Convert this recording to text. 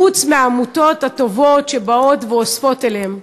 חוץ מהעמותות הטובות שבאות ואוספות אליהן.